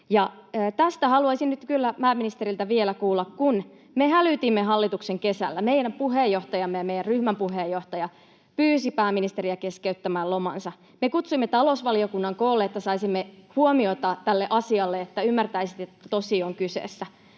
pääministeriltä vielä kuulla: Kun me hälytimme hallituksen kesällä, meidän puheenjohtajamme ja meidän ryhmämme puheenjohtaja pyysi pääministeriä keskeyttämään lomansa. Me kutsuimme talousvaliokunnan koolle, että saisimme huomiota tälle asialle, että ymmärtäisitte, että tosi on kyseessä.